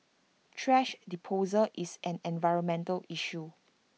thrash disposal is an environmental issue